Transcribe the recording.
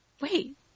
wait